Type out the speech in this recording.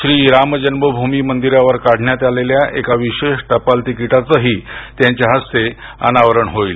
श्री राम जन्मभूमी मंदिरावर काढण्यात आलेल्या एका विशेष टपाल तिकिटाचही त्यांच्या हस्ते अनावरण होईल